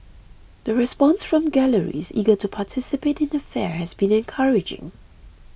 the response from galleries eager to participate in the fair has been encouraging